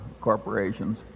corporations